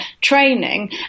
training